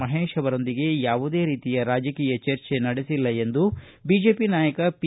ಮಹೇಶ್ ಅವರೊಂದಿಗೆ ಯಾವುದೇ ರೀತಿಯ ರಾಜಕೀಯ ಚರ್ಚೆ ನಡೆಸಿಲ್ಲ ಎಂದು ಬಿಜೆಪಿ ನಾಯಕ ಪಿ